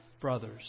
brothers